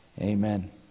Amen